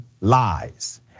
lies